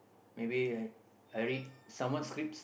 maybe I I read someone's script